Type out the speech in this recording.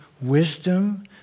wisdom